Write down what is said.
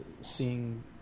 seeing